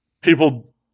people